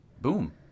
boom